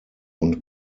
und